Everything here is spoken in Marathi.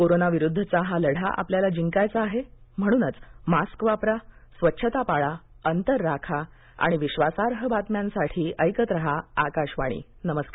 कोरोना विरुद्धचा हा लढा आपल्याला जिंकायचा आहे म्हणूनच मास्क वापरा स्वच्छता पाळा अंतर राखा आणि विश्वासार्ह बातम्यांसाठी ऐकत रहा आकाशवाणी नमस्कार